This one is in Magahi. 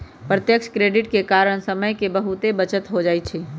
प्रत्यक्ष क्रेडिट के कारण समय के बहुते बचत हो जाइ छइ